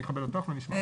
אני אכבד אותך ואני אשמע.